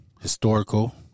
historical